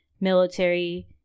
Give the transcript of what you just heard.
military